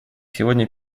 сегодня